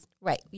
Right